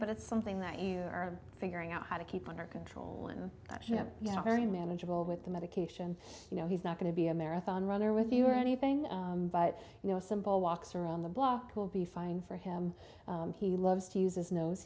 but it's something that you are figuring out how to keep under control and you know very manageable with the medication you know he's not going to be a marathon runner with you or anything but you know simple walks around the block will be fine for him he loves to use is knows